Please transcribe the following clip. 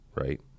right